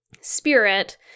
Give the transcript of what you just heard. spirit